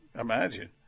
imagine